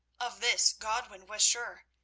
of this godwin was sure.